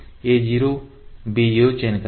a0 और b0 का चयन करेंगे